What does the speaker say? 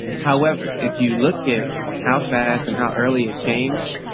however, if you look at how fast and how early it changed,